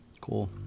Cool